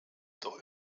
doch